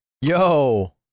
Yo